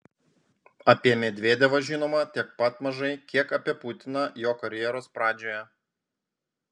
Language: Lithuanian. apie medvedevą žinoma tiek pat mažai kiek apie putiną jo karjeros pradžioje